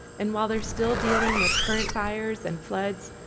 and while they're still dealing with current fires and floods,